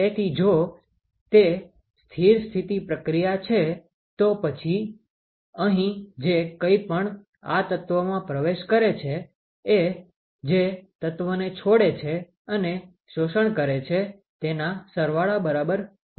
તેથી જો તે સ્થિર સ્થિતિ પ્રક્રિયા છે તો પછી અહીં જે કંઈપણ આ તત્વમાં પ્રવેશ કરે છે એ જે તત્વને છોડે છે અને શોષણ કરે છે તેના સરવાળા બરાબર હોઈ છે